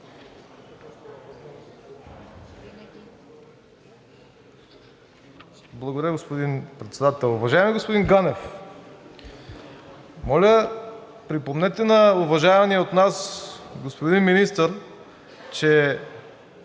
Благодаря, господин Председател. Уважаеми господин Ганев, моля, припомнете на уважавания от нас господин министър, че